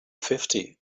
fifty